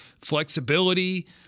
Flexibility